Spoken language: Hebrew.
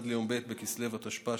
עד ליום ב' בכסלו התשפ"א,